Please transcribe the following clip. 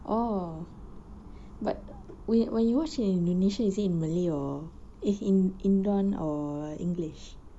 oh but wait when you watch in indonesia is in malay or or in in indon or english